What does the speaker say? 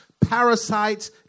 parasites